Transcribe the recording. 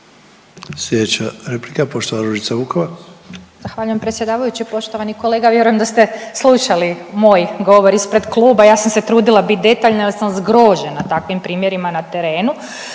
Ružica Vukovac. **Vukovac, Ružica (Nezavisni)** Zahvaljujem predsjedavajući. Poštovani kolega, vjerujem da ste slušali moj govor ispred kluba, ja sam se trudila bit detaljna jer sam zgrožena takvim primjerima na terenu.